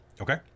Okay